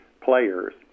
players